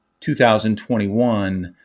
2021